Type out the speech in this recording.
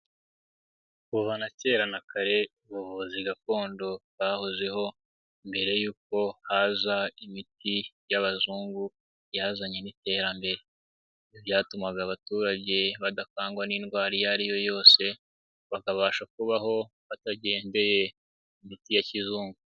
Kuva na kera na kare ubuvuzi gakondo bahozeho mbere y'uko haza imiti y'abazungu yazanye n'iterambere byatumaga abaturage badakangwa n'indwara iyo ari yo yose bakabasha kubaho batagendeye ku miti ya kizungu.